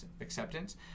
acceptance